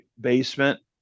basement